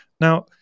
Now